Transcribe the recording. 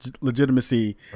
legitimacy